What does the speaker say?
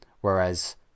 whereas